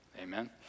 Amen